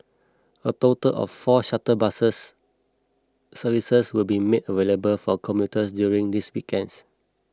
a total of four shuttle bus services will be made available for commuters during these weekends